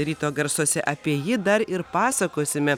ryto garsuose apie jį dar ir pasakosime